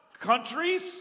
countries